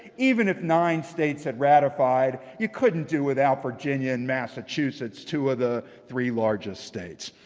even if nine states had ratified, you couldn't do without virginia and massachusetts. two of the three largest states.